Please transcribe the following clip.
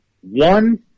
One